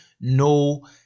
no